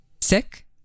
Sick